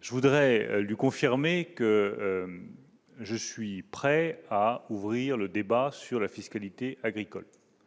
je voudrais lui confirmer que je suis prêt à ouvrir le débat sur la fiscalité agricole